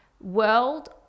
world